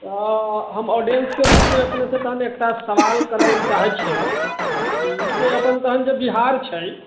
तऽ हम ओडिएन्सके रूपमे अपने से तहन एकटा सवाल करै लऽ चाहैत छियै कि जे अपन तहन जे बिहार छै